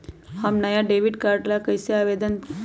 हम नया debit card ला कईसे आवेदन दिउ?